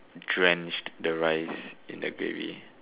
drenched the rice in the gravy